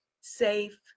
safe